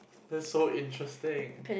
that's so interesting